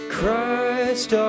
Christ